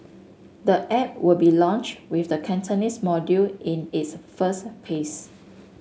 the app will be launched with the Cantonese module in its first phase